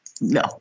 No